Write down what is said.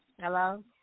Hello